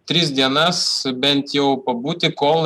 tris dienas bent jau pabūti kol